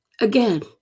Again